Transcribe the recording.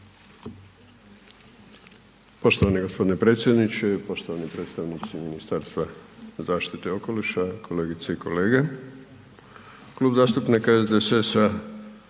Poštovani gospodine predsjedniče, poštovani predstavnici Ministarstva zaštite okoliša, kolegice i kolege, Klub zastupnika SDSS-a